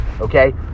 okay